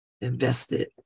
invested